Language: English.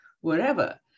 wherever